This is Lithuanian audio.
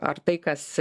ar tai kas